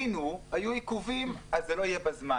ניסינו, היו עיכובים, אז זה לא יהיה בזמן.